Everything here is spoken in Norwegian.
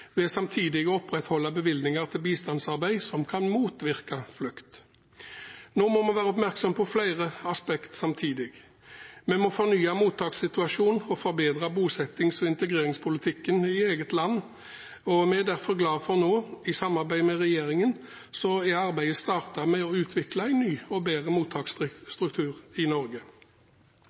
ved samtidig å opprettholde bevilgninger til bistandsarbeid som kan motvirke flukt. Nå må vi være oppmerksom på flere aspekt samtidig. Vi må fornye mottakssituasjonen og forbedre bosettings- og integreringspolitikken i eget land. Vi er derfor glad for at vi nå, i samarbeid med regjeringen, også starter arbeidet med å utvikle en ny og bedre